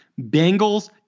Bengals